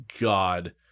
God